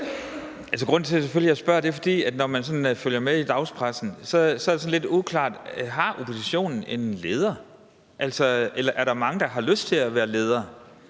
Grunden til, at jeg spørger, er selvfølgelig, at når man følger med i dagspressen, så er det lidt uklart, om oppositionen har en leder, eller om der er mange, der har lyst til at være ledere.